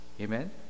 Amen